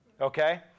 Okay